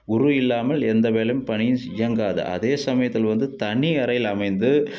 குரு இல்லாமல் எந்த வேலையும் பணியும் இயங்காது அதே சமயத்தில் வந்து தனி அறையில் அமைந்து